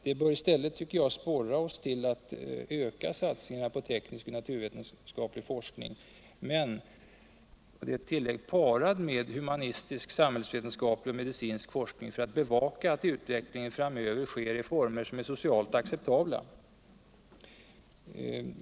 Detta bör i stället sporra till ökad satsning på teknisk och naturvetenskaplig forskning men parad med humanistisk, samhällsvetenskaplig och medicinsk forskning för att bevaka att utvecklingen framöver sker i former som är social acceptabla.